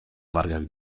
wargach